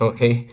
Okay